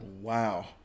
wow